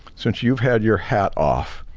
since you've had your hat off,